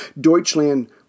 Deutschland